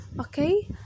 Okay